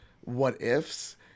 what-ifs